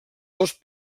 dos